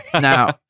Now